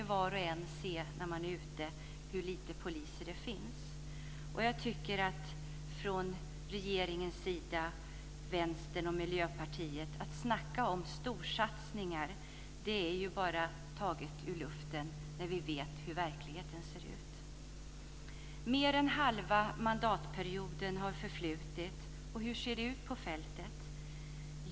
Var och en som är ute kan ju se hur lite poliser det finns. Regeringen, Vänsterpartiet och Miljöpartiet snackar om storsatsningar, men det är ju taget ur luften när vi vet hur verkligheten ser ut. Mer än halva mandatperioden har förflutit, och hur ser det ut på fältet?